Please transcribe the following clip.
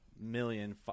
million